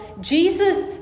Jesus